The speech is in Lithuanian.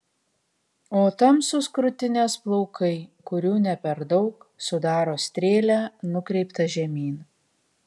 o tamsūs krūtinės plaukai kurių ne per daug sudaro strėlę nukreiptą žemyn